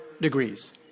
degrees